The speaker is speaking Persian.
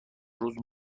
روز